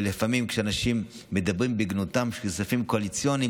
לפעמים כשאנשים מדברים בגנותם של כספים קואליציוניים,